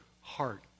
heart